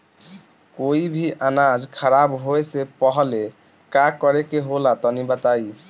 कोई भी अनाज खराब होए से पहले का करेके होला तनी बताई?